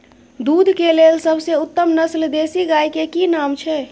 दूध के लेल सबसे उत्तम नस्ल देसी गाय के की नाम छै?